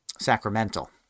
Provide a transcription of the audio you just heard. sacramental